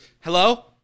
hello